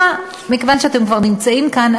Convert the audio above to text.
מכיוון שאתם כבר נמצאים כאן,